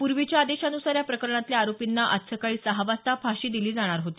पूर्वीच्या आदेशानुसार या प्रकरणातल्या आरोपींना आज सकाळी सहा वाजता फाशी दिली जाणार होती